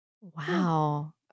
Wow